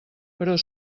però